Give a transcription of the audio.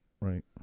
right